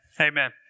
Amen